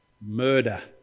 murder